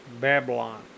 Babylon